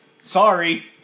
Sorry